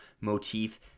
motif